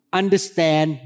understand